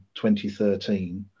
2013